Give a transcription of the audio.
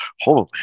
holy